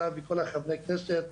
אתה וכל חברי הכנסת.